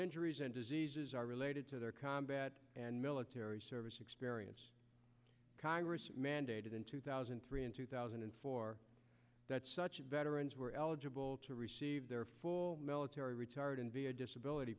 injuries and diseases are related to their combat and military service experience congress mandated in two thousand and three and two thousand and four that such veterans were eligible to receive their full military retired and v a disability